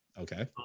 Okay